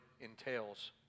entails